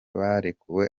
barekuwe